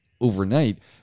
overnight